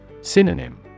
Synonym